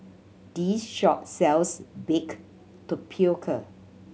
this shop sells baked tapioca